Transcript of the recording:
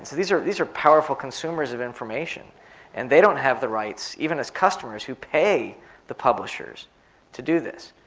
so these are these are powerful consumers of information and they don't have the rights, even as customers who pay the publishers to do this.